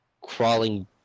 crawling